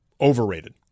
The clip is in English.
Overrated